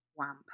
wamp